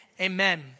amen